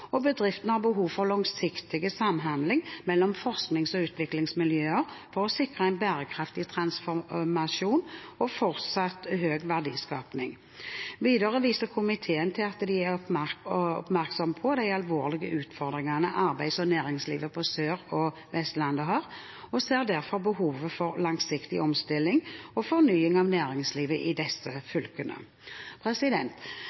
og bedriftene har behov for langsiktig samhandling med forsknings- og utviklingsmiljøer for å sikre en bærekraftig transformasjon og fortsatt høy verdiskaping. Videre viser komiteen til at en er oppmerksom på de alvorlige utfordringene arbeids- og næringslivet på Sør- og Vestlandet har, og ser derfor behovet for langsiktig omstilling og fornying av næringslivet i disse